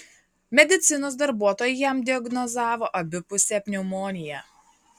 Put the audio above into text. medicinos darbuotojai jam diagnozavo abipusę pneumoniją